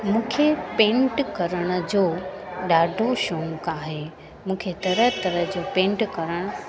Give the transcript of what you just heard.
मूंखे पेंट करण जो ॾाढो शौक़ु आहे मूंखे तरह तरह जो पेंट करणु